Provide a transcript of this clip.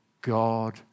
God